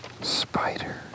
Spider